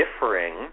differing